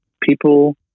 People